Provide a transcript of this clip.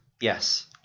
Yes